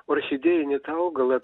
orchidėjinį tą augalą